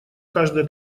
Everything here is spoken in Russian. каждое